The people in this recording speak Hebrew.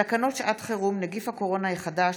התקנות האלה: תקנות שעת חירום (נגיף הקורונה החדש)